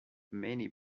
many